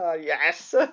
Yes